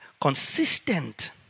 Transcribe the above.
consistent